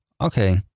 okay